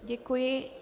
Děkuji.